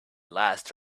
last